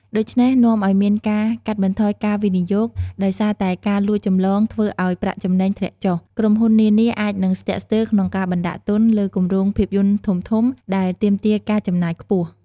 ដូច្នេះនាំឲ្យមានការ កាត់បន្ថយការវិនិយោគ ដោយសារតែការលួចចម្លងធ្វើឱ្យប្រាក់ចំណេញធ្លាក់ចុះ ក្រុមហ៊ុននានាអាចនឹងស្ទាក់ស្ទើរក្នុងការបណ្ដាក់ទុនលើគម្រោងភាពយន្តធំៗ ដែលទាមទារការចំណាយខ្ពស់។